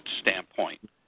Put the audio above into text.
standpoint